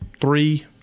three